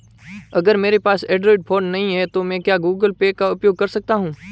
अगर मेरे पास एंड्रॉइड फोन नहीं है तो क्या मैं गूगल पे का उपयोग कर सकता हूं?